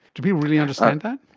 do people really understand that?